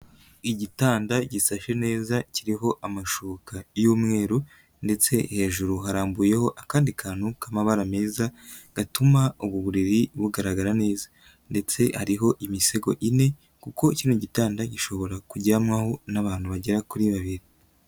Igitanda gisashe neza kiriho amashuka y'umweru ndetse hejuru harambuyeho akandi kantu k'amabara meza gatuma ubu buriri bugaragara neza ndetse hariho imisego ine kuko kino gitanda gishobora kujyamwaho n'abantu bagera kuri babiri.